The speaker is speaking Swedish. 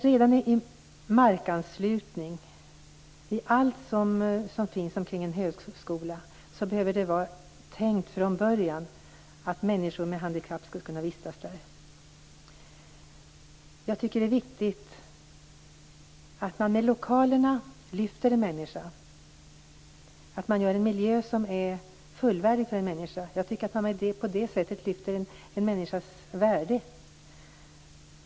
Vid marklokalisering, i allt som finns kring en högskola, behöver det redan från början vara tänkt att människor med handikapp skall kunna vistas där. Det är viktigt att man med lokalerna lyfter en människa, att man åstadkommer en miljö som är fullvärdig för en människa. Jag tycker att man på det sättet lyfter en människas värde.